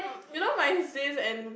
you know my sis and